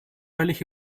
völlig